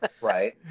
Right